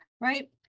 right